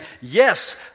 yes